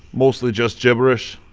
mostly just gibberish.